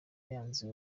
yanze